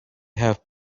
have